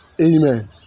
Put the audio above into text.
Amen